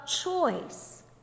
choice